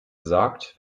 sagt